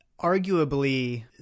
arguably